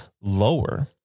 lower